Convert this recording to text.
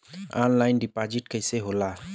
Online deposit कैसे होला?